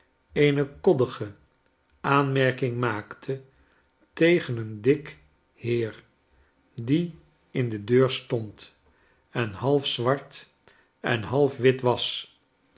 eene koddige aanmerking maakte tegen een dik heer die in de deur stond en half zwart en half wit was